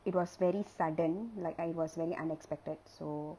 it was very sudden like it was very unexpected so